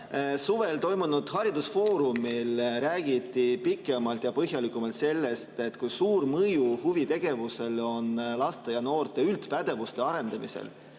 Suvel toimunud haridusfoorumil räägiti pikemalt ja põhjalikumalt sellest, kui suur mõju huvitegevusel on laste ja noorte üldpädevuste arendamisele,